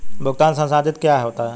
भुगतान संसाधित क्या होता है?